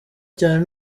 cyane